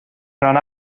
ran